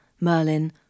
Merlin